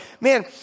man